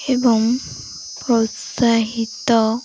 ଏବଂ ପ୍ରୋତ୍ସାହିତ